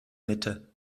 mitte